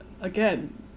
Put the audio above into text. Again